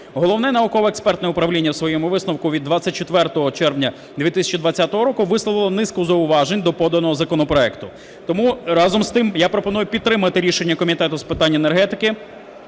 Головне науково-експертне управління в своєму висновку від 24 червня 2020 року висловило низку зауважень до поданого законопроекту. Разом з тим, я пропоную підтримати рішення Комітету з питань енергетики